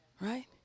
right